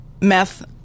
meth